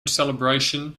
celebration